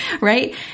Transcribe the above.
right